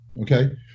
Okay